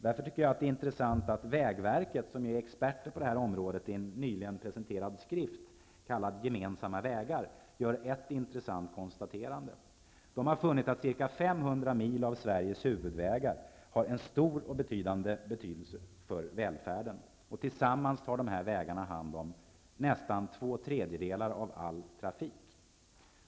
Därför är det intressant att vägverket, som ju är expert på området, i en nyligen presenterad skrift ''Gemensamma vägar'' gör ett intressant konstaterande. Det har funnit att ca 500 mil av Sveriges huvudvägar har en stor och växande betydelse för välfärden. Tillsammans tar dessa vägar hand om nästan två tredjedelar av all trafik.